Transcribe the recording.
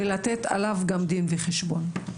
ולתת עליו גם דין וחשבון.